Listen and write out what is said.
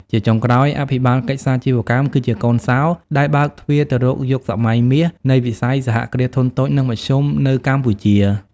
ជាចុងក្រោយ អភិបាលកិច្ចសាជីវកម្មគឺជាកូនសោរដែលបើកទ្វារទៅរក "យុគសម័យមាស" នៃវិស័យ សហគ្រាសធុនតូច និងមធ្យម នៅកម្ពុជា។